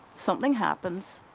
something happens,